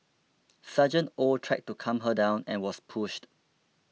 Sgt Oh tried to calm her down and was pushed